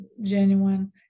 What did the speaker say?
genuine